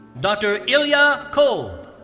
dr. ilya kolb.